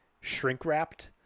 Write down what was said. shrink-wrapped